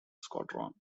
squadron